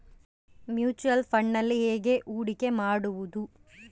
Mutual ಫುಣ್ಡ್ನಲ್ಲಿ ಹೇಗೆ ಹೂಡಿಕೆ ಮಾಡುವುದು?